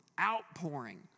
outpouring